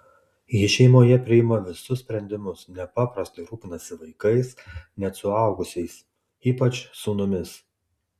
ji šeimoje priima visus sprendimus nepaprastai rūpinasi vaikais net suaugusiais ypač sūnumis